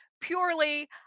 purely